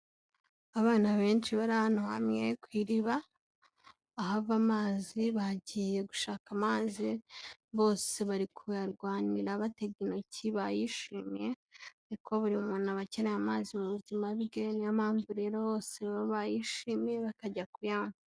Abana benshi bari ahantu hamwe ku iriba, ahava amazi bagiye gushaka amazi, bose bari kuyarwanira batega intoki, bayishimiye, ni ko buri muntu aba akeneye amazi mu buzima bwe, niyo mpamvu rero bose bayishimiye bakajya kuyanywa.